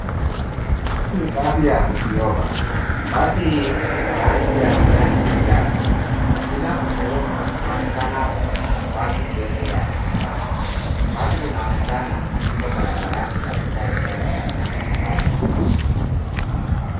Huu ni basi ya City Hoppa